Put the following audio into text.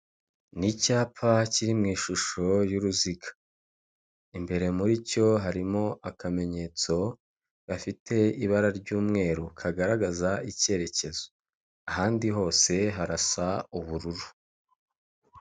Icyapa kiriho amafoto atatu magufi y'abagabo babiri uwitwa KABUGA n 'uwitwa BIZIMANA bashakishwa kubera icyaha cya jenoside yakorewe abatutsi mu Rwanda.